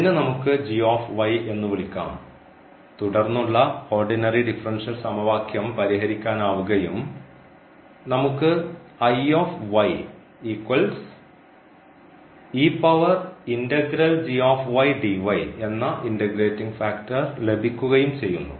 അതിനെ നമുക്ക് എന്നുവിളിക്കാം തുടർന്നുള്ള ഓർഡിനറി ഡിഫറൻഷ്യൽ സമവാക്യം പരിഹരിക്കാൻ ആവുകയും നമുക്ക് എന്ന ഇൻറഗ്രേറ്റിംഗ് ഫാക്ടർ ലഭിക്കുകയും ചെയ്യുന്നു